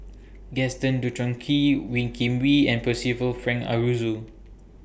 Gaston Dutronquoy Wee Kim Wee and Percival Frank Aroozoo